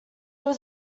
was